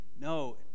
No